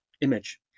image